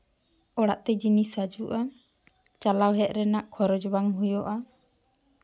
ᱚᱲᱟᱜ ᱛᱮ ᱡᱤᱱᱤᱥ ᱦᱤᱡᱩᱜᱼᱟ ᱪᱟᱞᱟᱣ ᱦᱮᱡ ᱨᱮᱱᱟᱜ ᱠᱷᱚᱨᱚᱪ ᱵᱟᱝ ᱦᱩᱭᱩᱜᱼᱟ